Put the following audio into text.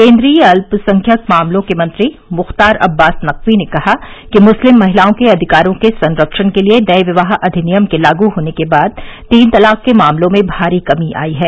केन्द्रीय अल्पसंख्यक मामलों के मंत्री मुख्तार अब्बास नकवी ने कहा कि मुस्लिम महिलाओं के अधिकारों के संरक्षण के लिए नये विवाह अधिनियम के लागू होने के बाद तीन तलाक के मामलों में भारी कमी आई है